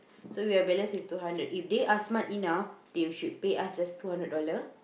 so we have balance with two hundred if they are smart enough they should pay us just two hundred dollar